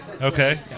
Okay